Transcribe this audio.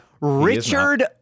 Richard